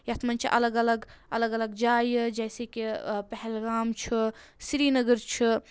یَتھ منٛز چھِ الگ الگ الگ الگ جایہِ جیسے کہِ پہلگام چھُ سِریٖنگر چھُ